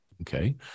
Okay